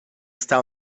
stał